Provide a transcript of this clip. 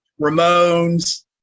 Ramones